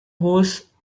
whose